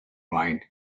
mind